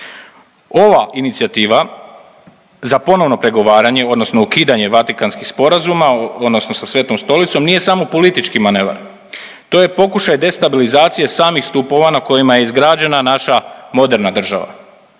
Ova inicijativa za ponovno pregovaranje odnosno ukidanje vatikanskih sporazuma odnosno sa Svetom Stolicom, nije samo politički manevar. To je pokušaj destabilizacije samih stupova na kojima je izgrađena naša moderna država.